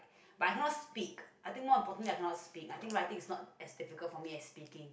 but cannot speak I think more importantly I cannot speak I think writing is not as difficult for me as speaking